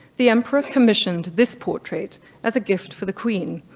the emperor commissioned this portrait as a gift for the queen,